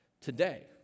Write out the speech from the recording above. today